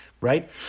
right